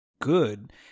Good